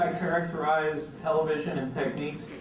characterize television and techniques?